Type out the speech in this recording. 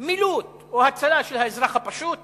מילוט או הצלה של האזרח הפשוט